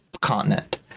continent